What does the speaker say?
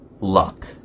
luck